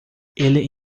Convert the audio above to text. ele